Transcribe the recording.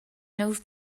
knows